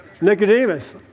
Nicodemus